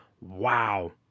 wow